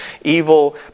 evil